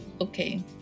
Okay